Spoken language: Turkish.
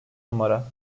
numara